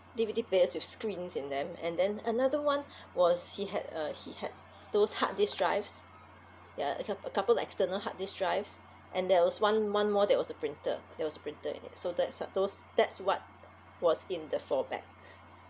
D_V_D players with screens in them and then another one was he had a he had those hard disk drives ya a cou~ a couple of external hard disk drives and there was one one more that was printed that was printed in it so that's uh those that's what was in the four bags